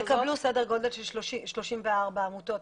יקבלו סדר גודל של 34 עמותות.